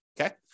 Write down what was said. Okay